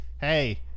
Hey